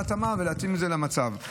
להתאים את זה למצב.